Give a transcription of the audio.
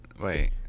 Wait